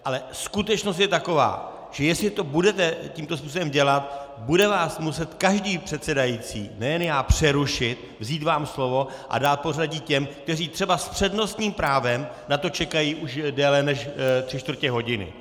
Ale skutečnost je taková, že jestliže to budete tímto způsobem dělat, bude vás muset každý předsedající, nejen já, přerušit, vzít vám slovo a dát pořadí těm, kteří třeba s přednostním právem na to čekají už déle než tři čtvrtě hodiny.